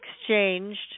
exchanged